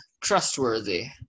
trustworthy